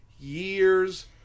years